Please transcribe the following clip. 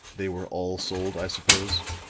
they were all sold, i suppose?